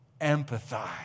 empathize